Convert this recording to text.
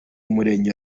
murenge